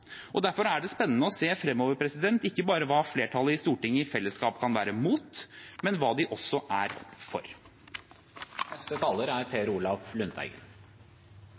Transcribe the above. og derfor er det spennende å se fremover ikke bare hva flertallet i Stortinget i fellesskap kan være imot, men også hva de